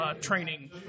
training